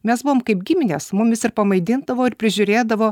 mes buvom kaip giminės mumis ir pamaitindavo ir prižiūrėdavo